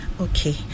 Okay